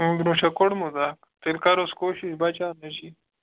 اَمہِ برٛونٛہہ چھا کوٚڑمُت اَکھ تیٚلہِ کَروس کوٗشِش بَچاونٕچی